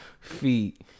feet